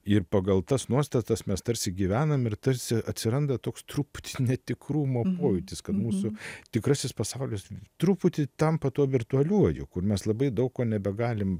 ir pagal tas nuostatas mes tarsi gyvenam ir tarsi atsiranda toks truputį netikrumo pojūtis kad mūsų tikrasis pasaulis truputį tampa tuo virtualiuoju kur mes labai daug ko nebegalim